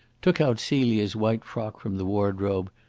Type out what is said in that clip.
took out celia's white frock from the wardrobe,